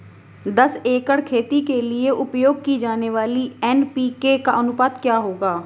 दस एकड़ खेती के लिए उपयोग की जाने वाली एन.पी.के का अनुपात क्या होगा?